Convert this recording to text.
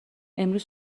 امروز